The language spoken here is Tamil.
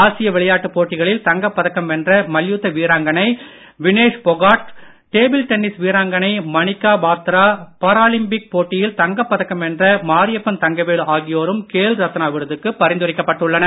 ஆசிய விளையாட்டுப் போட்டிகளில் தங்கப் பதக்கம் வென்ற மல்யுத்த வீராங்கனை வினேஷ் போகாட் டேபிள் டென்னீஸ் வீராங்கனை மணிகா பத்ரா பாராலிம்பிக் போட்டியில் தங்கப் பதக்கம் வென்ற மாரியப்பன் தங்கவேலு விருதுக்கு பரிந்துரைக்கப்பட்டுள்ளனர்